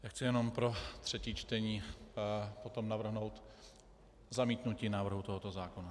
Já chci jenom pro třetí čtení potom navrhnout zamítnutí návrhu tohoto zákona.